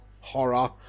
horror